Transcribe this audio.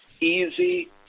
easy